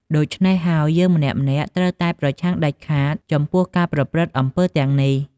ដូចច្នេះហើយយើងម្នាក់ៗត្រូវតែប្រឆាំងដាច់ខាតចំពោះការប្រព្រឹត្ដិអំពើរទាំងនេះ។